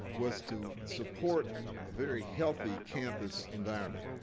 was to support a very healthy campus environment.